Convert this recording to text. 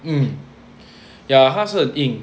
mm ya 它是很硬